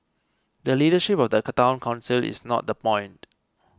the leadership of the Town Council is not the point